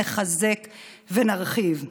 נחזק ונרחיב.